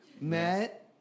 Met